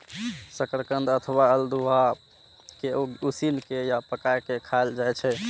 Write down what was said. शकरकंद अथवा अल्हुआ कें उसिन के या पकाय के खायल जाए छै